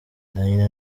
danny